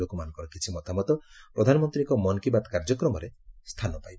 ଲୋକମାନଙ୍କର କିଛି ମତାମତ ପ୍ରଧାନମନ୍ତ୍ରୀଙ୍କ ମନ୍ କି ବାତ୍ କାର୍ଯ୍ୟକ୍ରମରେ ସ୍ଥାନ ପାଇବ